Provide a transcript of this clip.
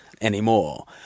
Anymore